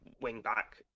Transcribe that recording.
wing-back